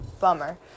Bummer